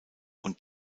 und